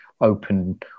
open